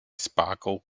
sparkle